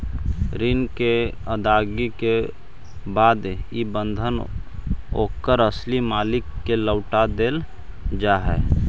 ऋण के अदायगी के बाद इ बंधन ओकर असली मालिक के लौटा देल जा हई